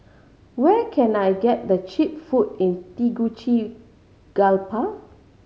where can I get the cheap food in Tegucigalpa